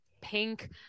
pink